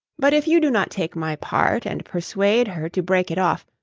but if you do not take my part and persuade her to break it off,